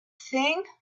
thing